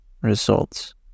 results